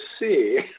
see